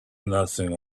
nothing